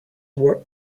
were